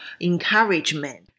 encouragement